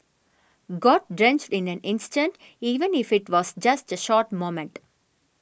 got drenched in an instant even if it was just a short moment